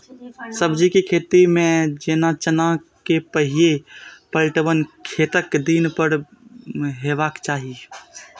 सब्जी के खेती में जेना चना के पहिले पटवन कतेक दिन पर हेबाक चाही?